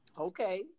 okay